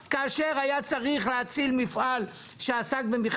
אני מבין את רצונך לקדם את העניין.